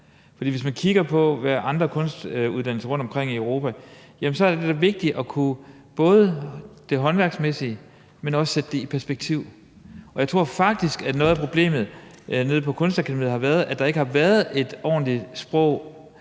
hvis man kigger på andre kunstuddannelser rundtomkring i Europa, er det vigtigt både at kunne det håndværksmæssige, men også at kunne sætte det i perspektiv. Og jeg tror faktisk, at noget af problemet nede på Kunstakademiet har været, at der ikke har været et ordentligt sprog